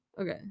Okay